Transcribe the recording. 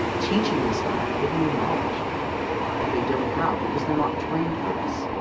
teaching the staff, giving them knowledge that they don't have, because they're not trained for this.